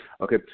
Okay